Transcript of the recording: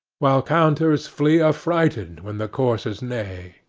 while counters flee affrighted when the coursers neigh